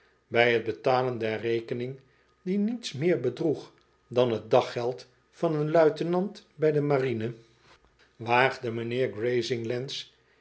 bij t betalen der rekening die niets meer bedroeg dan t daggeld van een luitenant bij de marine waagde mijnheer